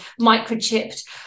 microchipped